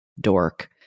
dork